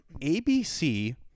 ABC